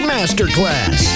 Masterclass